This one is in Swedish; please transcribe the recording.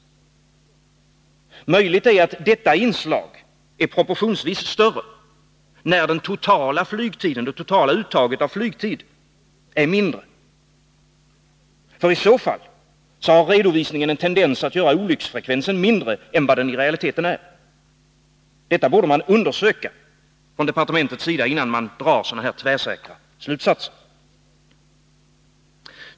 Möjligt är att detta inslag är proportionsvis större när det totala uttaget av flygtid är mindre. I så fall har redovisningen en tendens att göra olycksfallsfrekvensen mindre än den i realiteten är. Detta borde man undersöka från departementets sida innan man drar några tvärsäkra slutsatser.